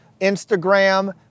Instagram